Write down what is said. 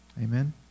Amen